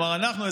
כלומר אנחנו,